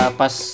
pas